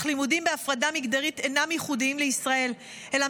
אך לימודים בהפרדה מגדרית אינם ייחודיים לישראל אלא